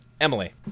Emily